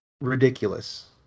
ridiculous